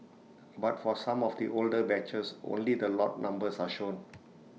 but for some of the older batches only the lot numbers are shown